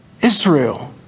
Israel